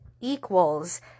equals